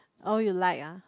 all you like ah